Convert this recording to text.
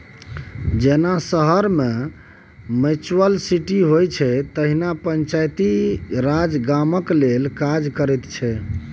जेना शहर मे म्युनिसप्लिटी होइ छै तहिना पंचायती राज गामक लेल काज करैत छै